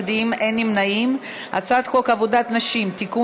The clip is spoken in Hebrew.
את הצעת חוק עבודת נשים (תיקון,